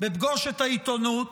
בפגוש את העיתונות,